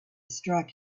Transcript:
strike